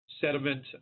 sediment